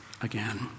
again